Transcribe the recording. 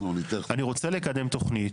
אני רוצה לקדם תוכנית.